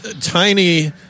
tiny